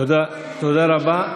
תודה רבה.